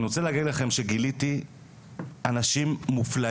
אני רוצה להגיד לכם שגיליתי אנשים מופלאים,